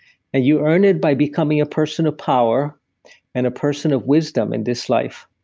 you earn it by becoming a person of power and a person of wisdom in this life.